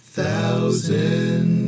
Thousand